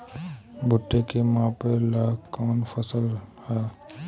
भूट्टा के मापे ला कवन फसल ह?